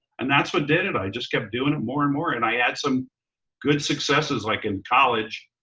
and that's what did it, i just kept doing it more and more. and i had some good successes like in college.